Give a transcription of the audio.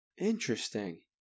Interesting